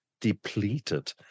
depleted